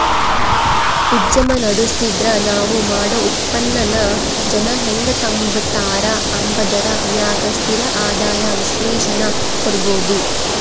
ಉದ್ಯಮ ನಡುಸ್ತಿದ್ರ ನಾವ್ ಮಾಡೋ ಉತ್ಪನ್ನಾನ ಜನ ಹೆಂಗ್ ತಾಂಬತಾರ ಅಂಬಾದರ ಮ್ಯಾಗ ಸ್ಥಿರ ಆದಾಯ ವಿಶ್ಲೇಷಣೆ ಕೊಡ್ಬೋದು